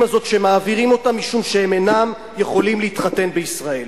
הזאת שמעבירים אותם משום שהם אינם יכולים להתחתן בישראל.